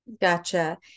Gotcha